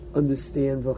understand